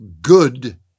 good